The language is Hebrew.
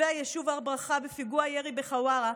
תושבי היישוב הר ברכה בפיגוע הירי בחווארה,